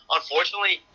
Unfortunately